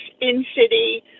in-city